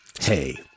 hey